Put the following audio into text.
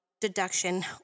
deduction